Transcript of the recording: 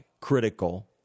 critical